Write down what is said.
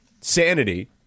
sanity